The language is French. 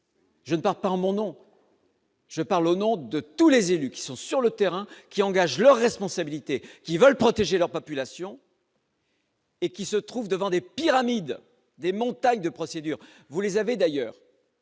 Je ne parle pas en mon nom. Je parle au nom de tous les élus qui sont sur le terrain qui engagent leur responsabilité qui veulent protéger leur population. Et qui se trouve devant des pyramides des montagnes de procédure, vous les avez d'ailleurs.